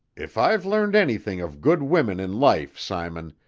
if i've learned anything of good women in life, simon,